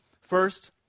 First